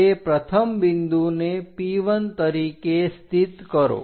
તે પ્રથમ બિંદુને P1 તરીકે સ્થિત કરો